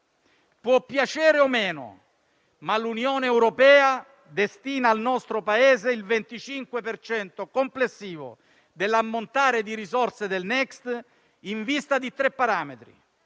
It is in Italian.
Può piacere o meno, ma l'Unione europea destina al nostro Paese il 25 per cento complessivo dell'ammontare di risorse del Next generation EU in vista di tre parametri,